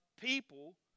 people